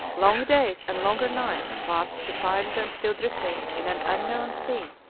long days and longer nights passed to find them still drifting in an unknown sea,